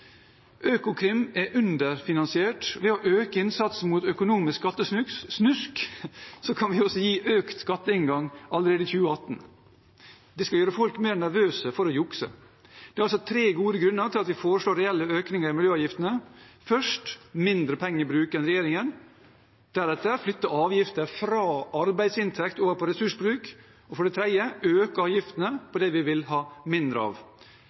Økokrim er underfinansiert. Ved å øke innsatsen mot økonomisk skattesnusk kan vi også gi økt skatteinngang allerede i 2018. Det skal gjøre folk mer nervøse for å jukse. Det er altså tre gode grunner til at vi foreslår reelle økninger i miljøavgiftene: først mindre pengebruk enn regjeringen, deretter flytte avgifter fra arbeidsinntekt over på ressursbruk og, for det tredje, øke avgiftene på det vi vil ha mindre av.